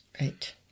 Right